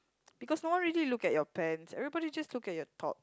because no one really look at your pants everybody just look at your top